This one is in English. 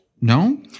No